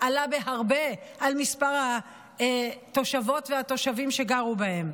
עלה בהרבה על מספר התושבות והתושבים שגרו בהן,